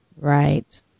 Right